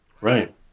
right